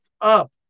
up